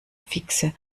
fixe